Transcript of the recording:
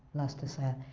luster said.